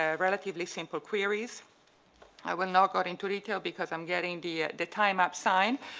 ah realatively simple queries i will not go into detail because i'm getting the the time up sign.